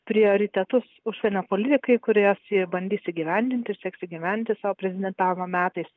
prioritetus užsienio politikai kuriuos ji bandys įgyvendinti ir sieks įgyvendinti savo prezidentavimo metais